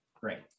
great